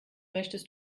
möchtest